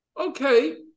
Okay